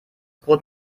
brot